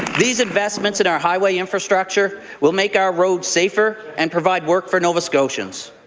these investments in our highway infrastructure will make our roads safer and provide work for nova scotians.